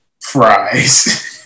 fries